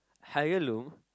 heirloom